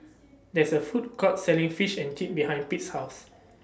There IS A Food Court Selling Fish and Chips behind Pete's House